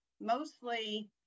mostly